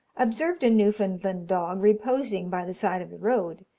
observed a newfoundland dog reposing by the side of the road,